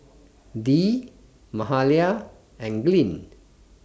Dee Mahalia and Glynn